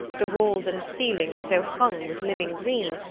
the walls and ceiling were so hung with living green,